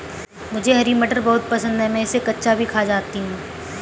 मुझे हरी मटर बहुत पसंद है मैं इसे कच्चा भी खा जाती हूं